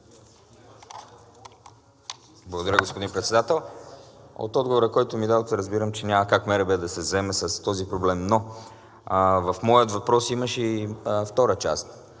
Благодаря, господин Председател. От отговора, който ми дадохте, разбирам, че няма как МРРБ да се заеме с този проблем, но в моя въпрос имаше и втора част